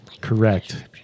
correct